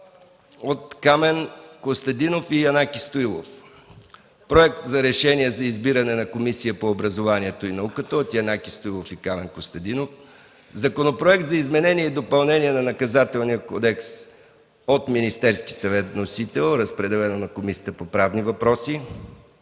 – Камен Костадинов и Янаки Стоилов. - Проект за решение за избиране на Комисия по образованието и науката. Вносители Янаки Стоилов и Камен Костадинов. - Законопроект за изменение и допълнение на Наказателния кодекс. Вносител – Министерският съвет. Разпределен е на Комисията по правни въпроси.